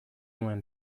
nuen